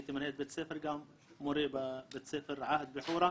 הייתי מנהל בית ספר גם, מורה בבית ספר עהד בחורה,